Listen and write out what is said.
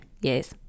Yes